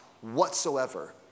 whatsoever